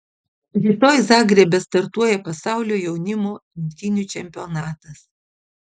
rytoj zagrebe startuoja pasaulio jaunimo imtynių čempionatas